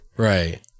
Right